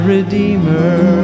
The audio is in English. Redeemer